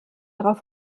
darauf